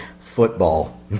football